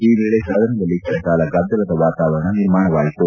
ಈ ವೇಳೆ ಸದನದಲ್ಲಿ ಕೆಲಕಾಲ ಗದ್ದಲದ ವಾತಾವರಣ ನಿರ್ಮಾಣವಾಯಿತು